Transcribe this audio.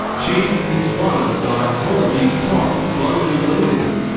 she is one of scientology's top global leaders,